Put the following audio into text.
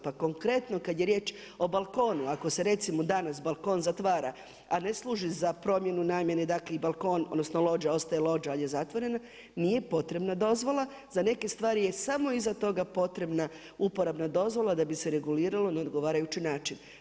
Pa konkretno, kad je riječ o balkonu, ako se recimo, danas balkon zatvara, a ne služi za promjenu, namjene dati balkon, odnosno, lođa, ostaje lođa ali je zatvorena, nije potrebna dozvola, za neke stvari je samo iza toga potrebna uporabna dozvola, da bi se reguliralo na odgovarajući način.